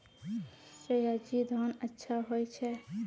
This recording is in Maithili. सयाजी धान अच्छा होय छै?